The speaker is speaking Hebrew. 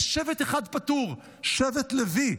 יש שבט אחד פטור, שבט לוי.